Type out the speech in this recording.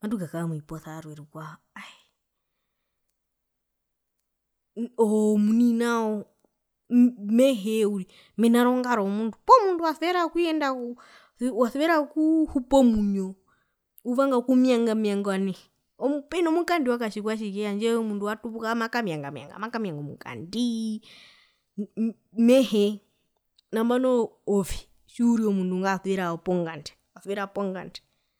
matukara moviposa vyarwe rukwao aee o ove omuni nao uu meheemena rongaro yomundu poo mundu wasuvera kuyenda ko ku wasuvera okuu hupa omwinyo uvanga okumianga miangwa nai peno mukandi wakatjikwatjike handje omundu watupuka maka mianga mianga omukandii oo mehee ambano ove tjiuri omundu ngwasuvera ponganda wasuvera ponganda.